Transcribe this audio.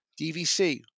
DVC